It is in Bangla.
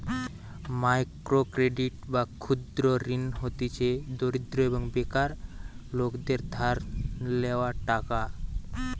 মাইক্রো ক্রেডিট বা ক্ষুদ্র ঋণ হতিছে দরিদ্র এবং বেকার লোকদের ধার লেওয়া টাকা